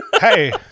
hey